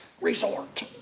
resort